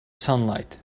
sunlight